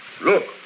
Look